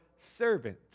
servant